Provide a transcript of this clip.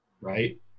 right